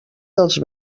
dels